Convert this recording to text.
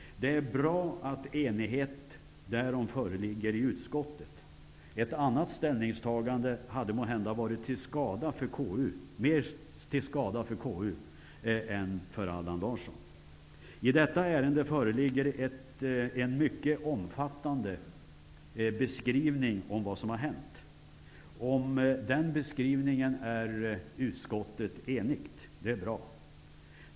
Det är bra att enighet därom föreligger i utskottet. Ett annat ställningstagande hade måhända varit till mer skada för konstitutionsutskottet än för Allan I detta ärende föreligger en mycket omfattande beskrivning av vad som har hänt. Om den beskrivningen är utskottet enigt. Det är bra.